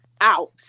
out